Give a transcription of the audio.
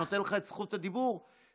אני נותן לך את זכות הדיבור, בבקשה.